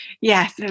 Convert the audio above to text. Yes